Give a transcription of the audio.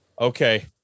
Okay